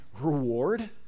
reward